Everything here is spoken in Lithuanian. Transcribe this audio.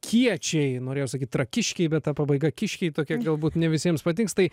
kiečiai norėjau sakyti trakiškiai bet ta pabaiga kiškiai tokia galbūt ne visiems patiks tai